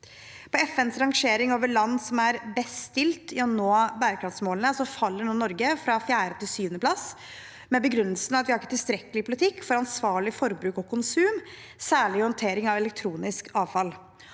På FNs rangering over land som er best stilt i å nå bærekraftsmålene, faller nå Norge fra fjerde til syvende plass, med begrunnelsen at vi ikke har tilstrekkelig politikk for ansvarlig forbruk og konsum, særlig håndtering av elektronisk avfall.